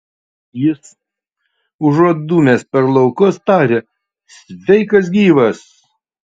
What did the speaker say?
jis užuot dūmęs per laukus taria sveikas gyvas